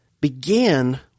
began